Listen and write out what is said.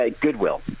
Goodwill